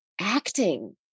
acting